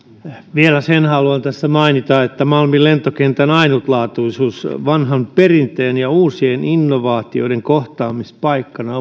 vielä sen haluan tässä mainita että malmin lentokentän ainutlaatuisuus vanhan perinteen ja uusien innovaatioiden kohtaamispaikkana